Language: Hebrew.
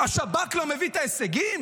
השב"כ לא מביא את ההישגים?